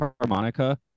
harmonica